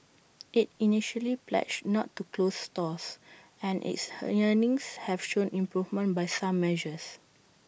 IT initially pledged not to close stores and its earnings have shown improvement by some measures